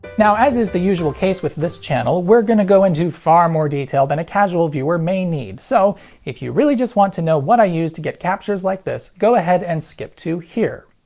now as is the usual case with this channel, we're gonna go into far more detail than a casual viewer may need so if you really just want to know what i use to get captures like this go ahead and skip to here,